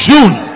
June